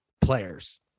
players